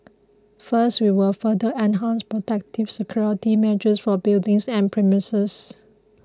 first we will further enhance protective security measures for buildings and premises